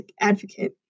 advocate